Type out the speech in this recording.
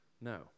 No